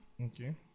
okay